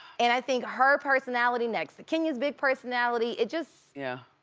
and i think her personality next to kenya's big personality it just, yeah.